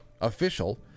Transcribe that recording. official